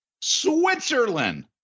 Switzerland